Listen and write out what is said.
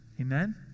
Amen